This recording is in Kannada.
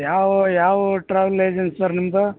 ಯಾವ ಯಾವ ಟ್ರಾವೆಲ್ ಏಜನ್ಸಿ ಸರ್ ನಿಮ್ಮದು